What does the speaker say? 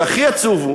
והכי עצוב הוא